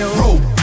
rope